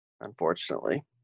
Unfortunately